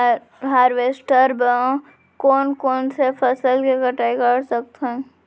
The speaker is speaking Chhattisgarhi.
हारवेस्टर म कोन कोन से फसल के कटाई कर सकथन?